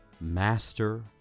master